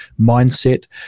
mindset